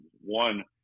One